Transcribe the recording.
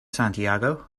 santiago